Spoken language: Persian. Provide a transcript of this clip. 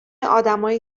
آدمایی